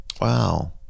wow